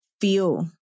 feel